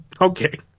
Okay